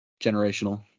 generational